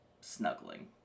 snuggling